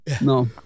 no